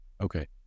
Okay